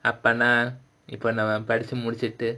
அப்போனா இப்போ நாம படிச்சி முடிச்சிட்டு:apponaa ippo namma padichi mudichittu